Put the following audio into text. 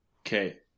Okay